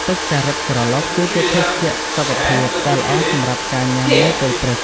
ទឹកការ៉ុតក្រឡុក គឺជាភេសជ្ជៈសុខភាពដែលល្អសម្រាប់ការញ៉ាំនៅពេលព្រឹក។